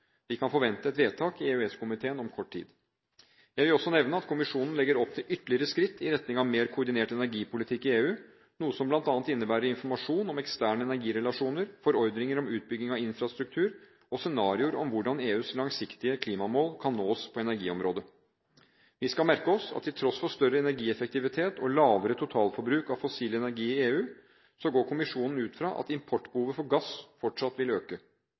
Vi kan forvente et vedtak i EØS-komiteen om kort tid. Jeg vil også nevne at kommisjonen legger opp til ytterligere skritt i retning av mer koordinert energipolitikk i EU, noe som bl.a. innebærer informasjon om eksterne energirelasjoner, forordninger om utbygging av infrastruktur og scenarioer om hvordan EUs langsiktige klimamål kan nås på energiområdet. Vi skal merke oss at til tross for større energieffektivitet og lavere totalforbruk av fossil energi i EU går kommisjonen ut fra at importbehovet for gass fortsatt vil øke.